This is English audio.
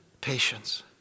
patience